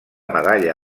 medalla